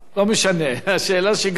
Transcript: דרך אגב,